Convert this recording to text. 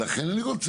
זה מה שאני רוצה.